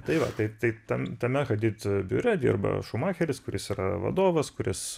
tai va tai tai ten tame hadid biure dirba šumacheris kuris yra vadovas kuris